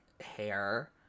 hair